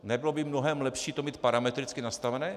Nebylo by mnohem lepší to mít parametricky nastavené?